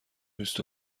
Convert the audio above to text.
بیست